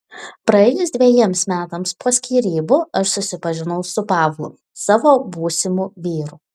praėjus dvejiems metams po skyrybų aš susipažinau su pavlu savo būsimu vyru